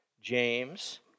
James